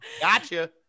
gotcha